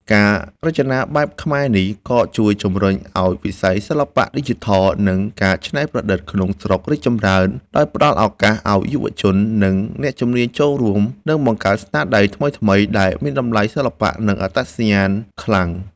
ការរចនាបែបខ្មែរនេះក៏ជួយជំរុញឲ្យវិស័យសិល្បៈឌីជីថល និងការច្នៃប្រឌិតក្នុងស្រុករីកចម្រើន ដោយផ្ដល់ឱកាសឲ្យយុវជន និងអ្នកជំនាញចូលរួម និងបង្កើតស្នាដៃថ្មីៗដែលមានតម្លៃសិល្បៈ និងអត្តសញ្ញាណខ្លាំង។